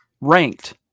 ranked